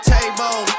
table